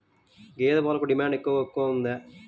గేదె పాలకు డిమాండ్ ఎక్కడ ఎక్కువగా ఉంది?